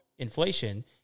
inflation